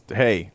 hey